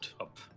up